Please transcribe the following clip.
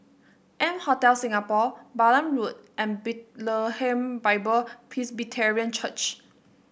M Hotel Singapore Balam Road and Bethlehem Bible Presbyterian Church